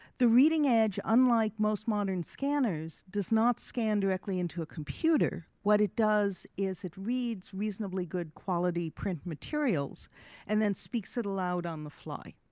the reading edge unlike most modern scanners, does not scan directly into a computer. what it does is it reads reasonably good quality print materials and then speaks it aloud on the fly.